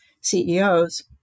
CEOs